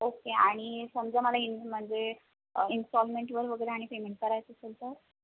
okay आणि समजा मला इन म्हणजे इन्स्टॉलमेंटवर वगैरे आणि पेमेंट करायचं असेल तर